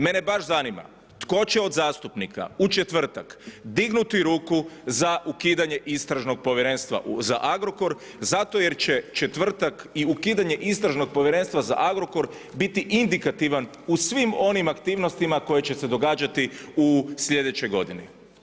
Mene baš zanima tko će od zastupnika u četvrtak dignuti ruku za ukidanje Istražnog povjerenstva za Agrokor, zato jer će u četvrtak i ukidanje Istražnog povjerenstva za Agrokor biti indikativan u svim onim aktivnostima koje će se događati u sljedećoj godini.